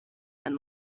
and